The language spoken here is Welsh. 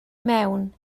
mewn